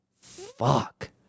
Fuck